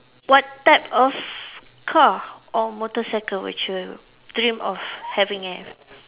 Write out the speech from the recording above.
what type of car or motorcycle would you dream of having it